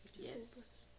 Yes